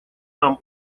нам